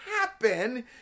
happen